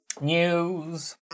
News